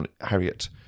Harriet